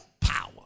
power